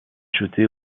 jetés